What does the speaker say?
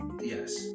Yes